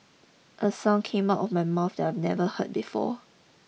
a sound came out of my mouth that I'd never heard before